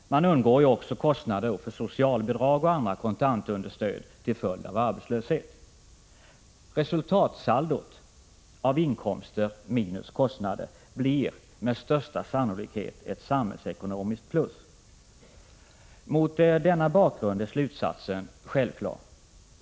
Man undgår också kostnader för socialbidrag och andra kontantunderstöd till följd av arbetslöshet. Resultatsaldot av inkomster minus kostnader blir med största sannolikhet ett samhällsekonomiskt plus. Mot denna bakgrund är slutsatsen självklar.